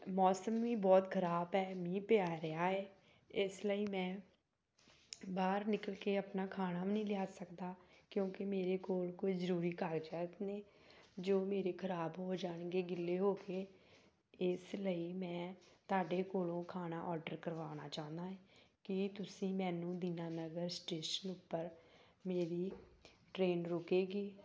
ਮੌਸਮ ਵੀ ਬਹੁਤ ਖ਼ਰਾਬ ਹੈ ਮੀਂਹ ਪੈ ਰਿਹਾ ਹੈ ਇਸ ਲਈ ਮੈਂ ਬਾਹਰ ਨਿਕਲ ਕੇ ਆਪਣਾ ਖਾਣਾ ਵੀ ਨਹੀਂ ਲਿਆ ਸਕਦਾ ਕਿਉਂਕਿ ਮੇਰੇ ਕੋਲ ਕੋਈ ਜ਼ਰੂਰੀ ਕਾਗਜ਼ਾਤ ਨੇ ਜੋ ਮੇਰੇ ਖ਼ਰਾਬ ਹੋ ਜਾਣਗੇ ਗਿੱਲੇ ਹੋ ਕੇ ਇਸ ਲਈ ਮੈਂ ਤੁਹਾਡੇ ਕੋਲੋਂ ਖਾਣਾ ਔਡਰ ਕਰਵਾਉਣਾ ਚਾਹੁੰਦਾ ਹੈ ਕੀ ਤੁਸੀਂ ਮੈਨੂੰ ਦੀਨਾਨਗਰ ਸਟੇਸ਼ਨ ਉੱਪਰ ਮੇਰੀ ਟਰੇਨ ਰੁਕੇਗੀ